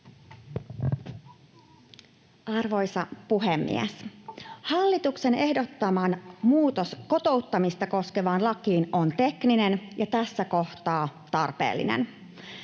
Arvoisa puhemies! Hallituksen ehdottama muutos kotouttamista koskevaan lakiin on tekninen ja tässä kohtaa tarpeellinen.